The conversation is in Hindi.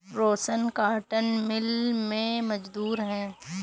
रोशन कॉटन मिल में मजदूर है